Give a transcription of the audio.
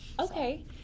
Okay